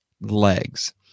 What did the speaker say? legs